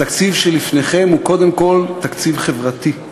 התקציב שלפניכם הוא קודם כול תקציב חברתי.